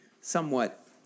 somewhat